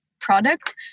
product